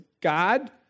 God